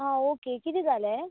आं ओके कितें जालें